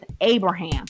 Abraham